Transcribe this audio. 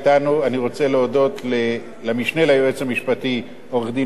אני רוצה להודות למשנה ליועץ המשפטי עורך-דין אבי ליכט,